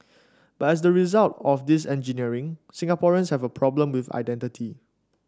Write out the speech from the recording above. but as the result of this engineering Singaporeans have a problem with identity